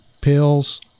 pills